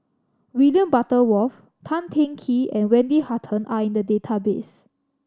William Butterworth Tan Teng Kee and Wendy Hutton are in the database